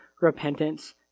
repentance